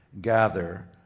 gather